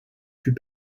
plus